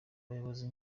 bayobozi